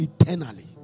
eternally